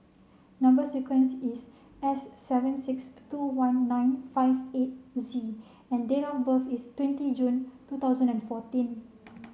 number sequence is S seven six two one nine five eight Z and date of birth is twenty June two thousand and fourteen